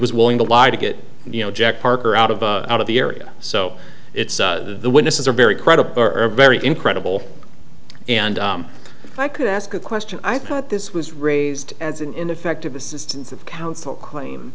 was willing to lie to get you know jack parker out of out of the area so it's the witnesses are very credible burberry incredible and if i could ask a question i thought this was raised as an ineffective assistance of counsel claim